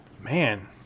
Man